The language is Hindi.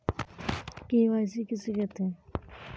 के.वाई.सी किसे कहते हैं बताएँ?